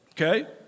okay